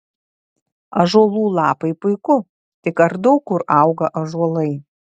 ąžuolų lapai puiku tik ar daug kur auga ąžuolai